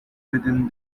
within